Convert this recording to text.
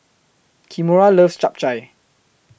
Kimora loves Chap Chai